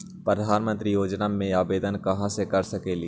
प्रधानमंत्री योजना में आवेदन कहा से कर सकेली?